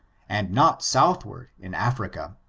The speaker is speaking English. and not southward in africa.